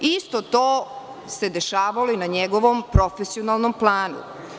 Isto to se dešavalo i na njegovom profesionalnom planu.